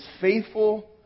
faithful